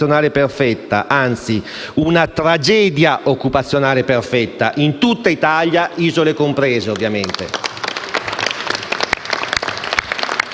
perfetta, anzi una tragedia occupazionale perfetta, in tutta Italia, isole comprese ovviamente.